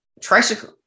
tricycle